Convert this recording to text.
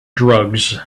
drugs